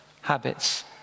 habits